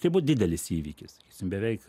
tai buvo didelis įvykis beveik